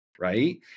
right